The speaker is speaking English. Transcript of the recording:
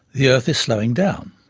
the earth is slowing down.